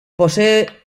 posee